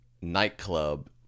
nightclub